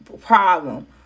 problem